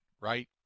Right